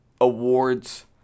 awards